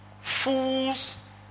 Fools